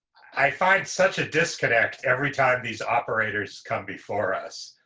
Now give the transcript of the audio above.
i find such a disconnect every time these operators come before us.